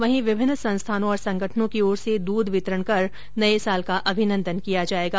वहीं विभिन्न संस्थानों और संगठनों की ओर से दूध वितरण कर नये साल का अभिनंदन किया जायेगा